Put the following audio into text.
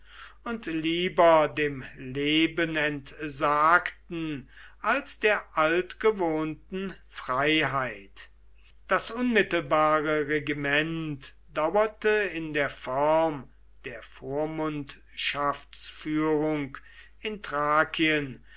und lieber dem leben entsagten als der altgewohnten freiheit das unmittelbare regiment dauerte in der form der vormundschaftsführung in